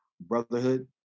Brotherhood